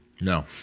No